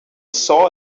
saw